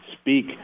speak